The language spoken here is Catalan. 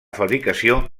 fabricació